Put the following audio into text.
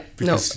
No